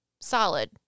solid